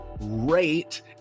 rate